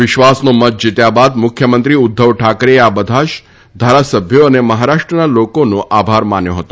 વિશ્વાસનો મત જીત્યા બાદ મુખ્યમંત્રી ઉદ્ધવ ઠાકરેએ બધા જ ધારાસભ્યો અને મહારાષ્ટ્રના લોકોનો આભાર માન્યો હતો